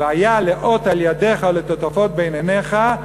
"והיה לאות על ידכה ולטוטפת בין עיניך",